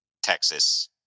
Texas